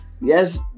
yes